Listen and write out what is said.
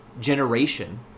generation